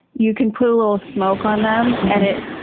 you can put a little smoke on them and it,